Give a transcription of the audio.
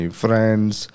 friends